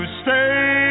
stay